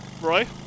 Roy